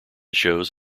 shows